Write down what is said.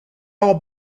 all